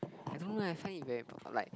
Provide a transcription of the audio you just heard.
I don't know leh I find it very p~ like